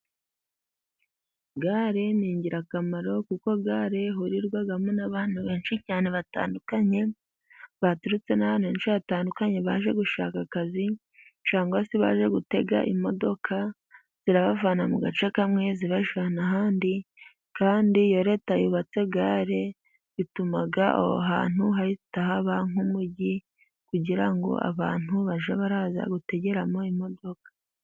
Gare ni ingirakamaro kuko gare ihurirwamo n'abantu benshi cyane batandukanye, baturutse n'ahantu henshi hatandukanye, baje gushaka akazi cyangwa se baje gutega imodoka, zirabavana mu gace kamwe zibajyana ahandi. Kandi iyo Leta yubatse gare, bituma aho hantu hahita haba nk'umugi kugira ngo abantu bage baza gutegeramo imodoka.